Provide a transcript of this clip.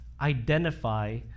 identify